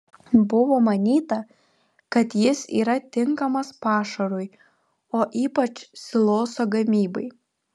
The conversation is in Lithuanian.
buvo manyta kad jis yra tinkamas pašarui o ypač siloso gamybai